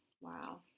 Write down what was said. Wow